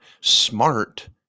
smart